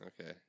okay